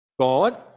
God